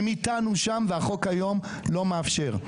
הם איתנו שם והחוק היום לא מאפשר.